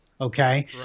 okay